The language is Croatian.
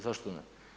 Zašto ne?